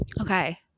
Okay